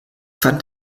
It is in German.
fand